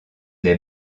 des